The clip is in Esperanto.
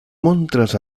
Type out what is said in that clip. montras